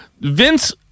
Vince